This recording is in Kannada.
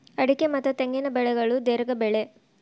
ಅಡಿಕೆ ಮತ್ತ ತೆಂಗಿನ ಬೆಳೆಗಳು ದೇರ್ಘ ಬೆಳೆ